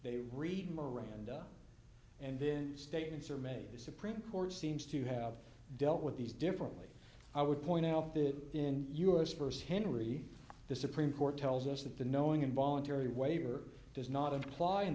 they read miranda and then statements are made the supreme court seems to have dealt with these differently i would point out that in us st henry the supreme court tells us that the knowing and voluntary waiver does not apply